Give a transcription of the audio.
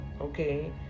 okay